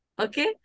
Okay